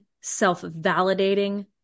self-validating